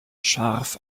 scharf